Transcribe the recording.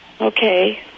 Okay